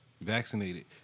vaccinated